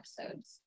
episodes